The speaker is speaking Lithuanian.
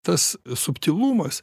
tas subtilumas